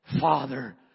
Father